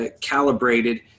calibrated